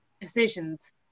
decisions